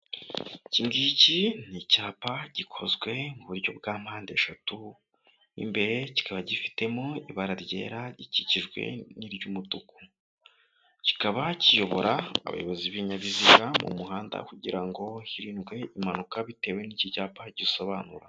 Iki ngiki ni icyapa gikozwe mu buryo bwa mpande eshatu, imbere kikaba gifitemo ibara ryera rikikijwe n'iry'umutuku, kikaba kiyobora abayobozi b'ibinyabiziga mu muhanda kugira ngo hirindwe impanuka bitewe n'iki cyapa gisobanura.